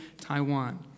Taiwan